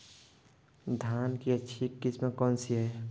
धान की अच्छी किस्म कौन सी है?